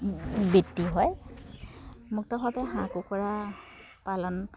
বৃত্তি হয় মুক্তভাৱে হাঁহ কুকুৰা পালন